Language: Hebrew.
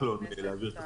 כחלון, להעביר את החוק.